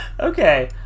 Okay